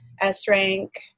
S-Rank